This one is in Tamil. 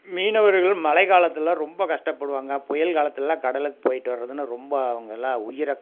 மீனவர்கள் மழை காலத்துலெலாம் ரொம்ப கஷ்டப்படுவாங்க புயல் காலத்துலெலாம் கடலுக்கு போய்ட்டு வரதுன்னா ரொம்ப அவங்க எல்லாம் உயிரை